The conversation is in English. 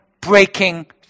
breaking